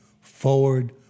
forward